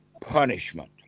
punishment